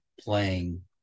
playing